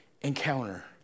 encounter